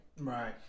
Right